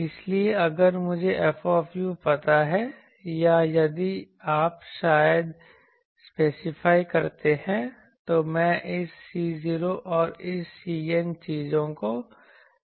इसलिए अगर मुझे F पता है या यदि आप शायद स्पेसिफाइ करते हैं तो मैं इस C0 और इस Cn चीजों का पता लगा सकता हूं